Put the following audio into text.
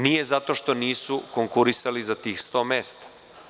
Nije zato što nisu konkurisali za tih 100 mesta.